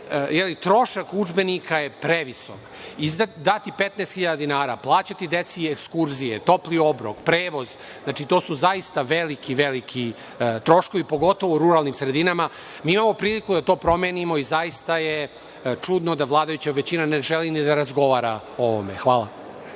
trošak udžbenika je previsok. Dati 15.000 dinara, plaćati deci ekskurzije, topli obrok, prevoz, znači, to su zaista veliki, veliki troškovi, pogotovo u ruralnim sredinama. Mi imamo priliku da to promenimo i zaista je čudno da vladajuća većina ne želi ni da razgovara o ovome. Hvala.